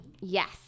Yes